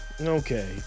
okay